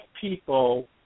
people